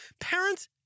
Parents